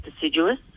deciduous